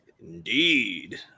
indeed